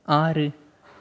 ஆறு